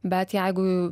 bet jeigu